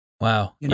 Wow